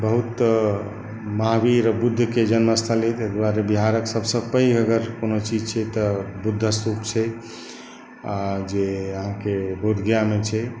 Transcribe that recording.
बहुत महावीर बुद्धके जन्मस्थल अछि ताहि दुआरे बिहार अगर सबसॅं पैघ अगर कोनो चीज छै तऽ बुद्ध स्तूप छै आ जे बोधगयामे छै